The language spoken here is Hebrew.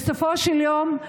בסופו של יום,